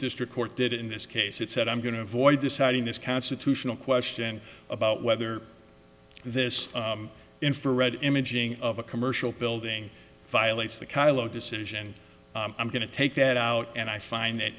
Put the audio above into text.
district court did in this case it said i'm going to avoid deciding this constitutional question about whether this infrared imaging of a commercial building violates the carlow decision i'm going to take it out and i find that